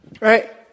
right